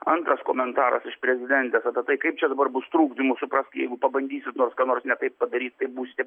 antras komentaras iš prezidentės apie tai kaip čia dabar bus trukdymų suprask jeigu pabandysit nors ką nors ne taip padaryt tai būsite